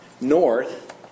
north